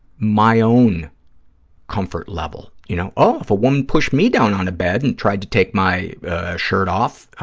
my own comfort level. you know, oh, if a woman pushed me down on a bed and tried to take my shirt off,